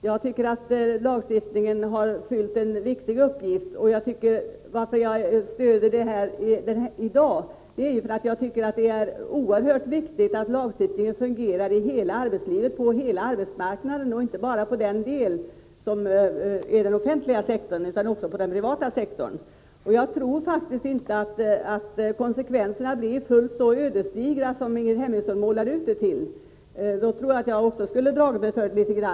Jag tycker att lagstiftningen på detta område har fyllt en viktig funktion. Att jag stöder det här förslaget beror på att jag tycker att det är oerhört viktigt att lagstiftningen fungerar i arbetslivet över huvud taget, på hela arbetsmarknaden — inte bara inom den offentliga sektorn utan också inom den privata sektorn. Jag tror faktiskt inte att konsekvenserna blir fullt så ödesdigra som Ingrid Hemmingsson målade upp här. I så fall skulle nog även jag ha dragit mig litet grand för en sådan här ändring i lagen.